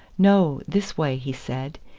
no this way, he said,